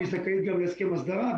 וזכאית גם להסכם הסדרה.